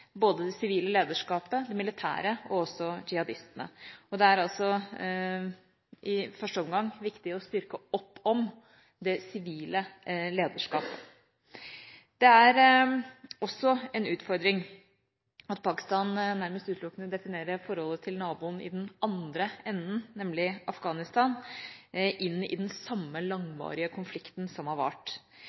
det sivile lederskapet, militæret og jihadistene. Det er i første omgang viktig å støtte opp om det sivile lederskap. Det er også en utfordring at Pakistan nærmest utelukkende definerer forholdet til naboen i den andre enden, nemlig Afghanistan, inn i den samme langvarige konflikten. Behovet for en såkalt strategisk dybde har, sammen med arven fra krigen som har